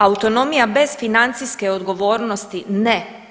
Autonomija bez financijske odgovornosti, ne.